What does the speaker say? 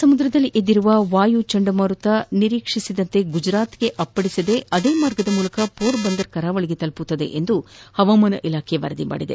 ಸಮುದ್ರದಲ್ಲಿ ಎದ್ದಿರುವ ವಾಯು ಚಂಡಮಾರುತ ನಿರೀಕ್ವಿಸಿದಂತೆ ಗುಜರಾತ್ಗೆ ಅಪ್ಪಳಿಸದೇ ಅದೇ ಮಾರ್ಗದ ಮೂಲಕ ಪೋರ್ಬಂದರ್ ಕರಾವಳಿಗೆ ತಲುಪಲಿದೆ ಎಂದು ಹವಾಮಾನ ಇಲಾಖೆ ವರದಿ ಮಾಡಿದೆ